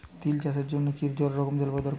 তিল চাষের জন্য কি রকম জলবায়ু দরকার?